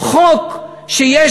חוק שיש